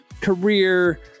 career